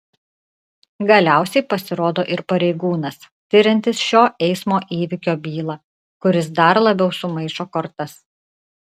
galiausiai pasirodo ir pareigūnas tiriantis šio eismo įvykio bylą kuris dar labiau sumaišo kortas